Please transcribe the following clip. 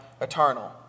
eternal